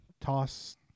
toss